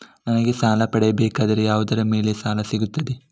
ನನಗೆ ಸಾಲ ಪಡೆಯಬೇಕಾದರೆ ಯಾವುದರ ಮೇಲೆ ಸಾಲ ಸಿಗುತ್ತೆ?